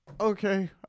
Okay